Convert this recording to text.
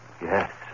Yes